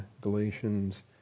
Galatians